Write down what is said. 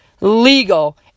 legal